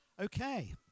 Okay